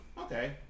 okay